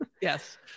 yes